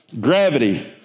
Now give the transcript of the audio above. Gravity